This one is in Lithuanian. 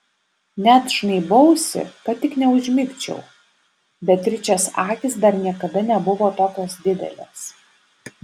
net žnaibausi kad tik neužmigčiau beatričės akys dar niekada nebuvo tokios didelės